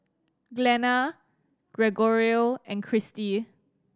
Glenna Gregorio and Christi